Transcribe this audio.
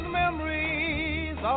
memories